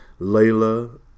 Layla